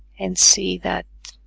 and see that